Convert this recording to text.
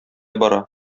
бара